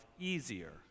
easier